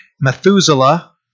Methuselah